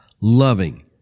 loving